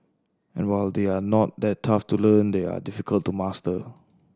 and while they are not that tough to learn they are difficult to master